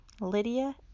Lydia